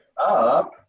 up